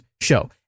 show